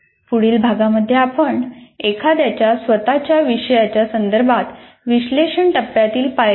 पुढील भागमध्ये आपण एखाद्याच्या स्वतच्या विषयाच्या संदर्भात विश्लेषण टप्प्यातील पायऱ्या पाहू